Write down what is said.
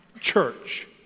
church